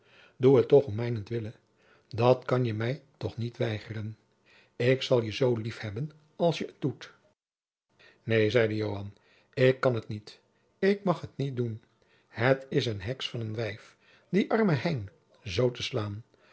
het toch om mijnentwille dat kan je mij toch niet weigeren ik zal je zoo lief hebben als je het doet neen zeide joan ik kan het niet ik mag het niet doen het is een heks van een wijf dien armen hein zoo te slaan